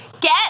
Get